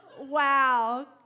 Wow